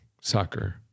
soccer